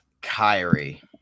Kyrie